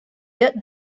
bit